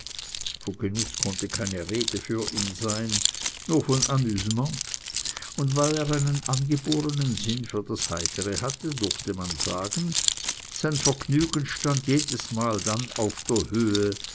genuß konnte keine rede für ihn sein nur von amüsement und weil er einen angeborenen sinn für das heitere hatte durfte man sagen sein vergnügen stand jedesmal dann auf der höhe